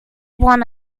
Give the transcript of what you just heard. want